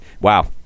Wow